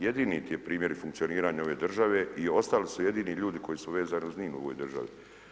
Jedini ti je primjer i funkcioniranje ove države i ostali su jedini ljudi koji su vezani uz ... u ovoj državi.